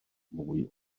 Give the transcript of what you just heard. mwy